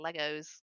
Legos